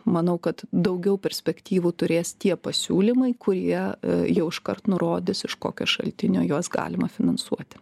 manau kad daugiau perspektyvų turės tie pasiūlymai kurie jau iškart nurodys iš kokio šaltinio juos galima finansuoti